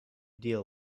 deal